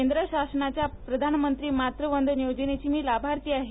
केंद्र शासनाच्या प्रधानामंतरी मातृवंदना योजनीची लाभार्थी आहे